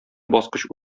баскыч